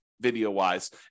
video-wise